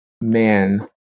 man